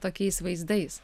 tokiais vaizdais